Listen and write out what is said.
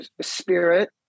spirit